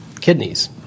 kidneys